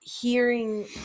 hearing